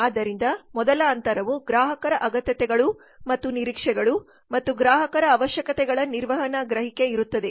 ಆದ್ದರಿಂದ ಮೊದಲ ಅಂತರವು ಗ್ರಾಹಕರ ಅಗತ್ಯತೆಗಳು ಮತ್ತು ನಿರೀಕ್ಷೆಗಳು ಮತ್ತು ಗ್ರಾಹಕರ ಅವಶ್ಯಕತೆಗಳ ನಿರ್ವಹಣಾ ಗ್ರಹಿಕೆ ನಡುವೆ ಇರುತ್ತದೆ